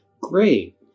Great